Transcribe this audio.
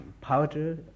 powder